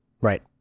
Right